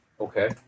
Okay